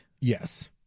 Yes